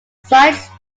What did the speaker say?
sites